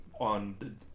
on